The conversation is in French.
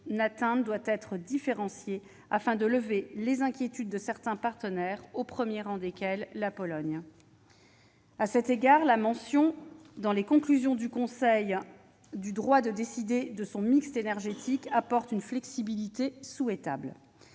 l'atteindre doit être différencié afin de lever les inquiétudes de certains partenaires, au premier rang desquels la Pologne. À cet égard, la mention, dans les conclusions du Conseil européen, du droit de décider de son mix énergétique, apporte une flexibilité souhaitable.